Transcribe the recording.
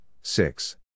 six